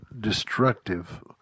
destructive